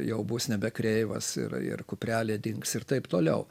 jau bus nebe kreivas ir ir kuprelė dings ir taip toliau